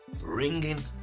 ringing